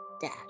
Dad